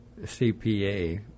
CPA